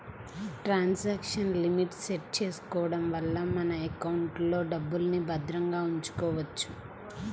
transaction limit set చేసుకోడం వల్ల మన ఎకౌంట్లో డబ్బుల్ని భద్రంగా ఉంచుకోవచ్చు